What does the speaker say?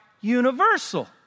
universal